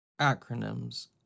acronyms